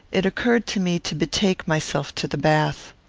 it occurred to me to betake myself to the bath.